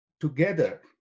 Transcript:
together